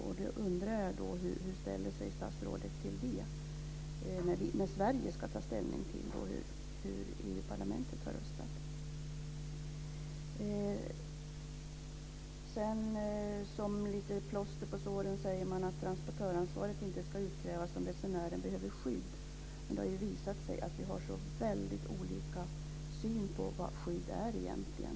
Jag undrar hur statsrådet ställer sig till det när Sverige ska ta ställning till hur EU-parlamentet har röstat. Som lite plåster på såren säger man att transportörsansvaret inte ska utkrävas om resenären behöver skydd. Men det har visat sig att vi har väldigt olika syn på vad skydd egentligen är.